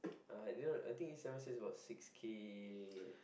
uh I don't know I think each semester is about six K